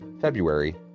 February